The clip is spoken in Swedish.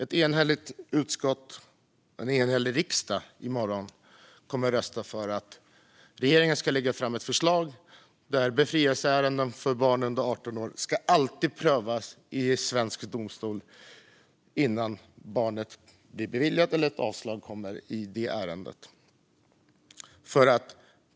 Ett enhälligt utskott, en enhällig riksdag, kommer i morgon att rösta för att regeringen ska lägga fram ett förslag där befrielseärenden för barn under 18 år alltid ska prövas i svensk domstol före beviljande eller avslag i ärendet.